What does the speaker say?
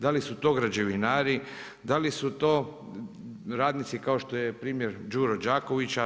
Da li su to građevinari, da li su to radnici kao što je primjer Đuro Đaković?